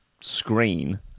screen